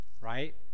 Right